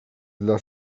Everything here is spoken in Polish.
dla